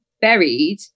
buried